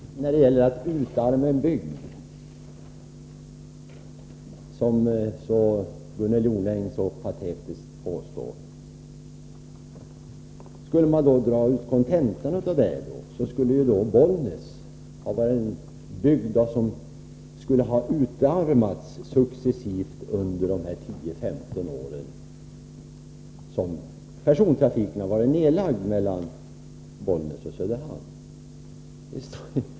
Herr talman! Skulle man dra kontentan av Gunnel Jonängs patetiska påstående att man utarmar en bygd, skulle det innebära att Bollnäs hade utarmats successivt under de 10-15 år som persontrafiken på järnväg varit nedlagd mellan Bollnäs och Söderhamn.